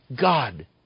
God